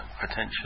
potentially